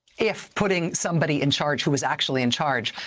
if putting somebody in charge, who is actually in charge,